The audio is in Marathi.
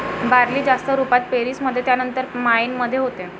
बार्ली जास्त रुपात पेरीस मध्ये त्यानंतर मायेन मध्ये होते